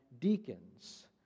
deacons